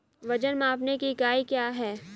वजन मापने की इकाई क्या है?